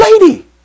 lady